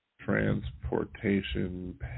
transportation